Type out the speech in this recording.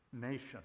nation